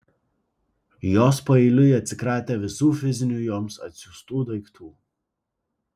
jos paeiliui atsikratė visų fizinių joms atsiųstų daiktų